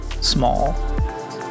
small